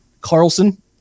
Carlson